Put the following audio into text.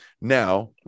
now